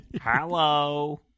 Hello